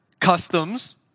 customs